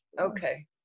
okay